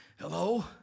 Hello